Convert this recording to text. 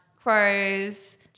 crows